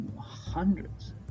hundreds